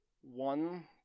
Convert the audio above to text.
one